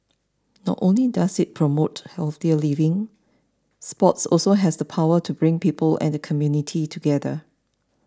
not only does it promote healthier living sports also has the power to bring people and the community together